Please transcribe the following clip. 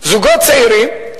לזוגות צעירים,